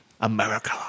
America